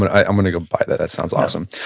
and i'm gonna go buy that, that sounds awesome.